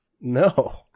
No